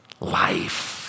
Life